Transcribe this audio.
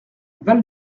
val